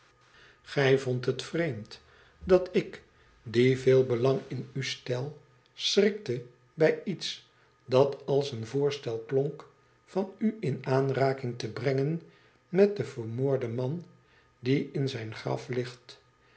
vondt het vreemd dat ik die veel belang in u stel schrikte bij iets dat als een voorstel klonk van u in aanraking te brengen met den vermoorden man die in zijn graf ligt